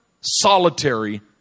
solitary